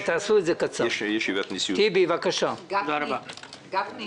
בבקשה, טיבי.